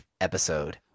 episode